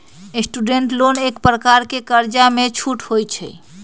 student loan एक प्रकार के कर्जामें छूट होइ छइ